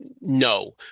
no